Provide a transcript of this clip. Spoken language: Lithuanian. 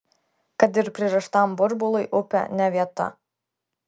kad ir pririštam burbului upė ne vieta